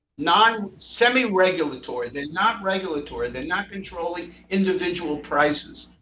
non semi-regulatory. they're not regulatory. they're not controlling individual prices.